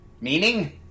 Meaning